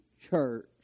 church